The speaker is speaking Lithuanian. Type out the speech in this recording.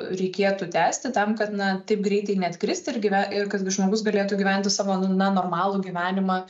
reikėtų tęsti tam kad na taip greitai neatkristi ir gyve ir kad žmogus galėtų gyventi savo na normalų gyvenimą